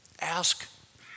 Ask